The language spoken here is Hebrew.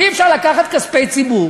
אי-אפשר לקחת כספי ציבור,